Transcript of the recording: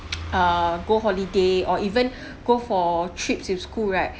err go holiday or even go for trips with school right